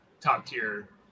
top-tier